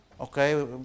okay